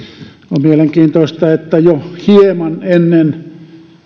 on mielenkiintoista että jo hieman ennen